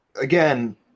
again